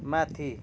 माथि